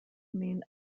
mean